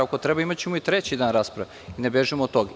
Ako treba imaćemo i treći dan rasprave, ne bežimo od toga.